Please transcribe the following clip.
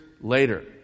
later